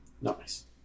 Nice